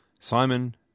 simon